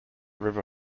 river